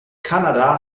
kanada